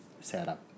setup